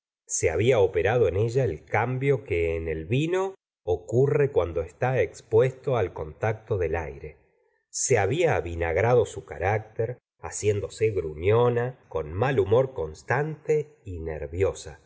se había operado en ella el cambio que en el vino ocurre cuando está expuesto al contacto del aire se había avinagrado su carácter haciéndose gruñona con mal hula señora de bovary mor constante y nerviosa